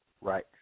right